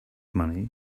money